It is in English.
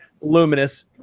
Luminous